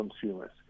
consumers